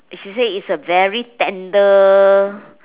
she say is a very tender